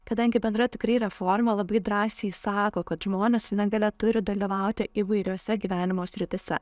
kadangi bendra tikrai reforma labai drąsiai sako kad žmonės su negalia turi dalyvauti įvairiose gyvenimo srityse